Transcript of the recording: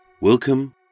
Welcome